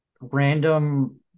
random